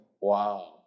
Wow